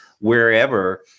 wherever